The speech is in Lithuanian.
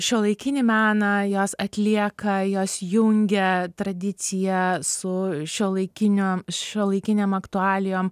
šiuolaikinį meną jos atlieka jos jungia tradiciją su šiuolaikinio šiuolaikinėm aktualijom